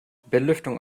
belüftung